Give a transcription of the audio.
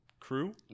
crew